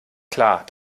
klar